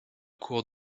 cours